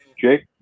Jake